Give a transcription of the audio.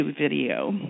video